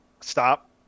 Stop